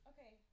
Okay